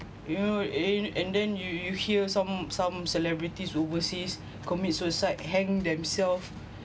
you know eh and then you you hear some some celebrities overseas commit suicide hang themselves